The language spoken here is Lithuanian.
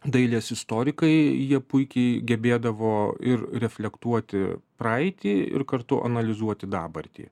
dailės istorikai jie puikiai gebėdavo ir reflektuoti praeitį ir kartu analizuoti dabartį